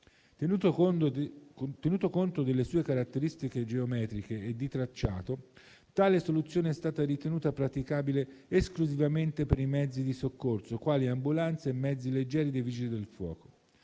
Tenuto conto delle sue caratteristiche geometriche e di tracciato, tale soluzione è stata ritenuta praticabile esclusivamente per i mezzi di soccorso quali ambulanze e mezzi leggeri dei Vigili del fuoco.